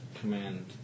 command